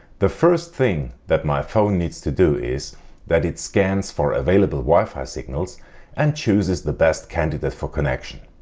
the first thing that my phone needs to do is that it scans for available wi-fi signals and choses the best candidate for connection.